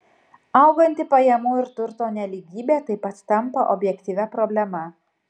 auganti pajamų ir turto nelygybė taip pat tampa objektyvia problema